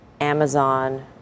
Amazon